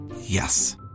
Yes